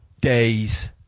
days